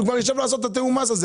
הוא כבר ישב לעשות את תיאום המס.